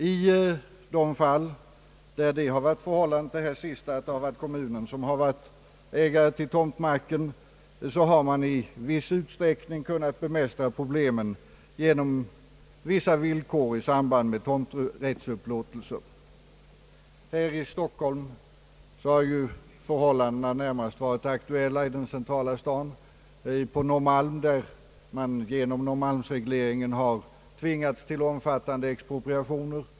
I de fall där kommunen varit ägare till tomtmarken har man i viss utsträckning kunnat bemästra problemen genom vissa villkor i samband med tomträttsupplåtelser. Här i Stockholm har förhållandena närmast varit aktuella i den centrala staden, där man genom Norrmalmsregleringen har tvingats till omfattande expropria tioner.